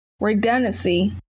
redundancy